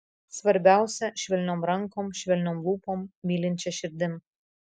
svarbiausia švelniom rankom švelniom lūpom mylinčia širdim